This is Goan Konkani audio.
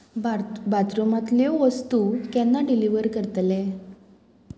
बा बाथरुमांतल्यो वस्तू केन्ना डिलिव्हर करतले